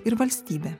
ir valstybė